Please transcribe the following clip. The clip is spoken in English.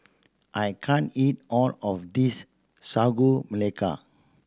I can't eat all of this Sagu Melaka